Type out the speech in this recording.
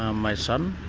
um my son.